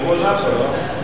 הוא נמצא פה, לא?